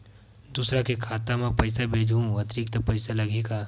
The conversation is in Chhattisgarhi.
दूसरा के खाता म पईसा भेजहूँ अतिरिक्त पईसा लगही का?